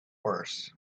worse